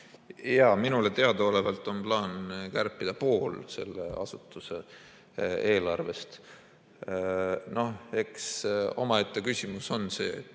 Jaa, minule teadaolevalt on plaan kärpida pool selle asutuse eelarvest. Noh, eks omaette küsimus on see,